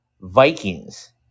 Vikings